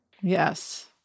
Yes